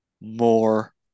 More